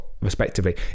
respectively